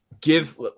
Give